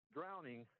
drowning